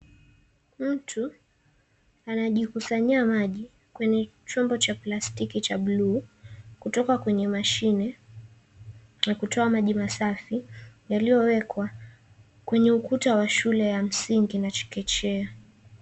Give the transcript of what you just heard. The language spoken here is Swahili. Mtu anajikusanyia maji kwenye chombo cha plastiki cha bluu, kutoka kwenye mashine na kutoa maji masafi, yaliyowekwa kwenye ukuta wa shule ya msingi na chekechea.